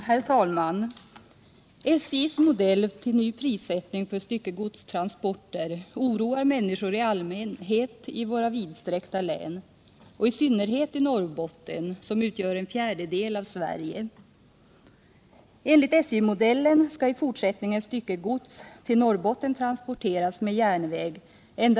Herr talman! SJ:s modell till ny prissättning för styckegodstransporter oroar människor i våra vidsträckta län i allmänhet och människor i Norrbotten, som utgör en fjärdedel av Sverige, i synnerhet.